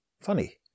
Funny